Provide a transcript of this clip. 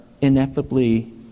ineffably